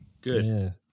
Good